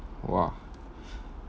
!wah!